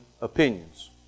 opinions